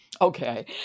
Okay